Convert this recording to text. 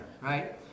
right